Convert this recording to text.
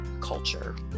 culture